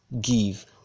give